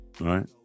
Right